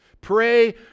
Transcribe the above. Pray